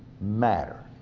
matter